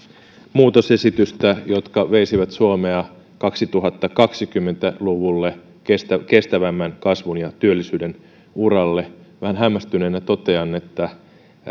muutosesitystä jotka veisivät suomea kaksituhattakaksikymmentä luvulle kestävämmän kasvun ja työllisyyden uralle vähän hämmästyneenä totean että